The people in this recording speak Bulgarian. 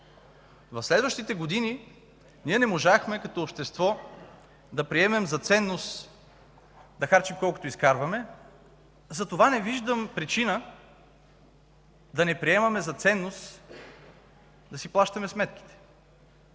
В следващите години ние не можахме като общество да приемем за ценност да харчим колкото изкарваме, затова не виждам причина да не приемаме за ценност да си плащаме сметките,